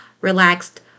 relaxed